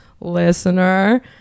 Listener